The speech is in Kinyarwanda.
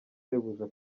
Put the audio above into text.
sebuja